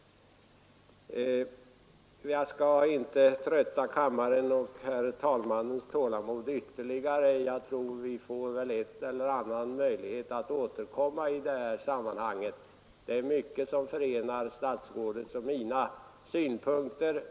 Jag skall inte fresta kammarens och herr talmannens tålamod ytterligare. Vi får väl en eller annan möjlighet att återkomma till detta ärende. Det är mycket som förenar statsrådets och mina synpunkter.